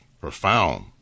profound